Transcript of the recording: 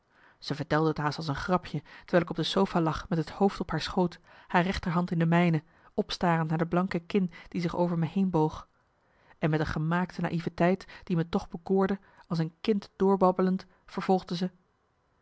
ze vertelde t haast als een grapje terwijl ik op de sofa lag met het hoofd op haar schoot haar rechter hand in de mijne opstarend naar de blanke kin die zich over me heen boog en met een gemaakte naïeveteit die me toch bekoorde als een kind doorbabbelend vervolgde ze